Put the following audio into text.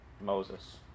Moses